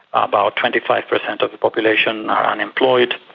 about twenty five percent of the population are unemployed.